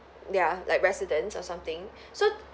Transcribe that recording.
ya like residence or something so